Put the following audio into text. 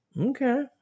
Okay